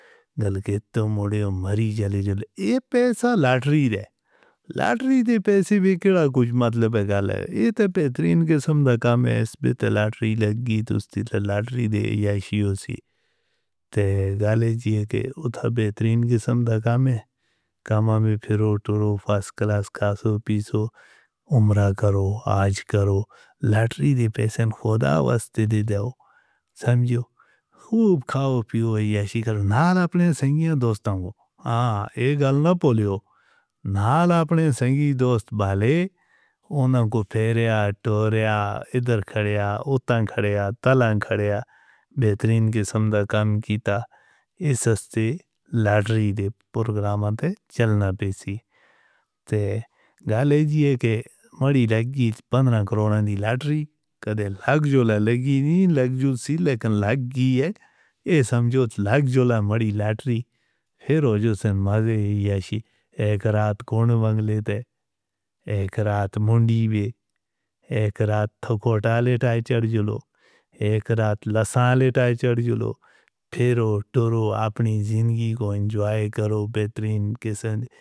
دل کے تم آڈیو ماری جلے، جلے پیسہ لاٹری لاٹری ریپیئر سی او سی تیجا جی کے اُدھر بہترین کے سندرج میں کاما میں پھر تو فرسٹ کلاس کا شوپیس ہو۔ عمرہ کرو، آج کرو لاٹری دے پیشنٹ کو دعوت دی۔ جب سنجیو کھاؤ پیو عیش کرو نہ گھٹے رے اٹریا ادھر کھڑے ہو، تنگ کرے یا طلاق کھڑیا بہترین کی سندرا کانڈ گیتا سستی لاٹری دیو موگرا ماتا دیسی دے دیجئے کے مہلا گیت پندرا کروڑ کی لاٹری کب جلے گی؟ بیٹری فیروز اُسے ماجھیا شی ایک رات کون مانگ لیتے ایک رات مُنڈی بھی ایک رات تو کو ہٹالے رائٹر چلو۔ ایک رات لتا لیٹ آئے۔ چلو پھر ہو تو اپنی زندگی کو انجوائے کرو بہترین کے ساتھ۔